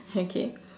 okay